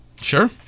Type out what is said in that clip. Sure